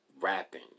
rapping